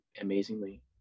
amazingly